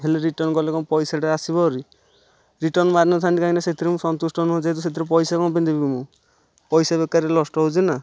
ହେଲେ ରିଟନ କଲେ କ'ଣ ପଇସାଟା ଆସିବ ହେରି ରିଟନ ମାରିନଥାନ୍ତି କାହିଁକି ନା ସେଥିରେ ମୁଁ ସନ୍ତୁଷ୍ଟ ନୁହେଁ ଯେହେତୁ ସେଥିରେ ପଇସା କ'ଣ ପାଇଁ ଦେବି ମୁଁ ପଇସା ବେକାର ନଷ୍ଟ ହେଉଛି ନା